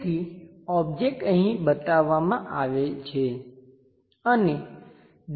તેથી ઓબ્જેક્ટ અહીં બતાવવામાં આવેલ છે અને દિશા આ છે